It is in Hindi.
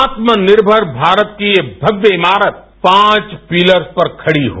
आत्मनिर्भर भारत की ये भव्य इमारत पांच पिलर्स पर खड़ी है